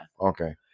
Okay